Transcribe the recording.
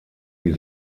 die